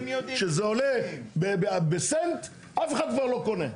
שזה עולה בסנט אף אחד כבר לא קונה.